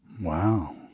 Wow